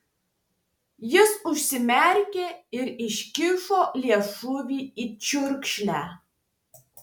jis užsimerkė ir iškišo liežuvį į čiurkšlę